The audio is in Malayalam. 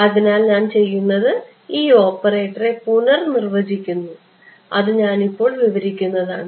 അതിനാൽ ഞാൻ ചെയ്യുന്നത് ഈ ഓപ്പറേറ്ററെ പുനർനിർവചിക്കുന്നു അത് ഞാനിപ്പോൾ വിവരിക്കുന്നതാണ്